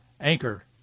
anchor